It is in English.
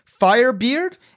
Firebeard